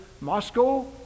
Moscow